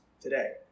today